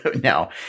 now